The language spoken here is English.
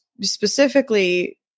specifically